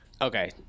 Okay